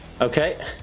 Okay